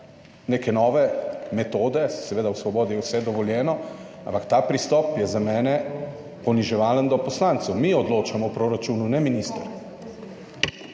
neke nove metode. Seveda, v svobodi je vse dovoljeno, ampak ta pristop je za mene poniževalen do poslancev. Mi odločamo o proračunu, ne minister.